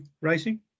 racing